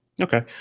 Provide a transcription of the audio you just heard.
Okay